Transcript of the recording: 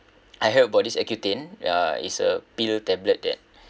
I heard about this accutane uh it's a pill tablet that